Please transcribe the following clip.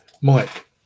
Mike